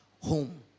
home